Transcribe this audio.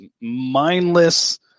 mindless